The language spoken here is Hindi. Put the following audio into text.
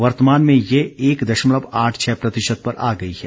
वर्तमान में यह एक दशमलव आठ छह प्रतिशत पर आ गई है